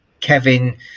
Kevin